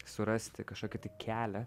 surasti kažkokį kelią